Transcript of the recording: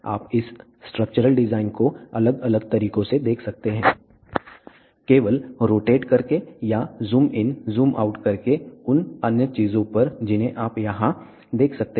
आप इस structural design को अलग अलग तरीकों से देख सकते हैं केवल रोटेट करके या ज़ूम इन जूम आउट करके उन अन्य चीज़ों पर जिन्हें आप यहाँ देख सकते हैं